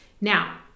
Now